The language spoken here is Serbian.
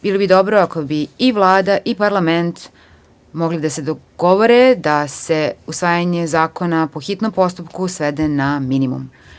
Bilo bi dobro ako bi i Vlada i parlament mogli da se dogovore da se usvajanje zakona po hitnom postupku svede na minimum.